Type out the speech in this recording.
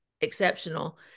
exceptional